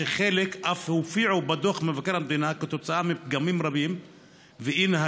שחלק אף הופיעו בדוח מבקר המדינה כתוצאה מפגמים רבים ואי-נהלים,